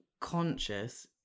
conscious